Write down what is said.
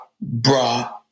bra